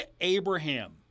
Abraham